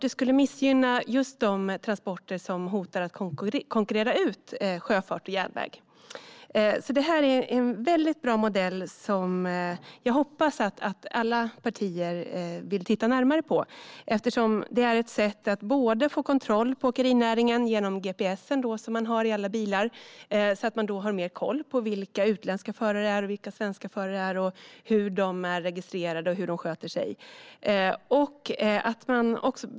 Det skulle missgynna just de transporter som hotar att konkurrera ut sjöfart och järnväg. Det är en väldigt bra modell som jag hoppas att alla partier vill titta närmare på. Det är ett sätt att få kontroll på åkerinäringen genom gps:n som man har i alla bilar så att man har mer koll på vilka utländska förare det är och vilka svenska förare det är, hur de är registrerade och hur de sköter sig.